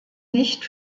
nicht